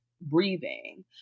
breathing